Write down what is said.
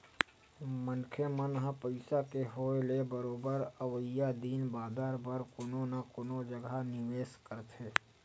मनखे मन ह पइसा के होय ले बरोबर अवइया दिन बादर बर कोनो न कोनो जघा निवेस करथे